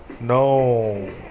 no